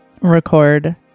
record